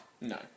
no